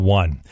one